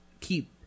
keep